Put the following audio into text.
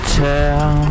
tell